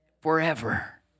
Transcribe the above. forever